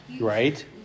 right